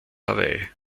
hawaii